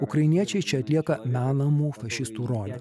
ukrainiečiai čia atlieka menamų fašistų rolę